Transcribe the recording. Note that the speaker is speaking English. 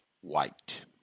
white